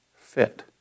fit